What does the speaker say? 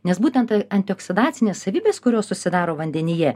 nes būtent antioksidacinės savybės kurios susidaro vandenyje